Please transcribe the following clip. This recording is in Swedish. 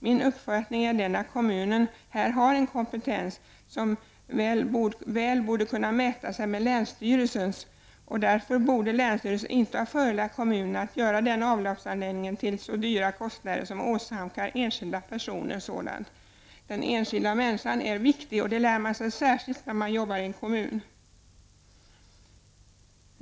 Min uppfattning är den att kommunen har en kompetens som väl borde kunna mäta sig med länsstyrelsens, och därför borde länsstyrelsen inte ha förelagt kommunen att göra avloppsanläggningen till så höga kostnader för enskilda personer. Den enskilda människan är viktig, det lär man sig särskilt när man arbetar i en kommun.